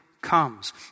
comes